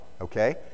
okay